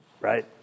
right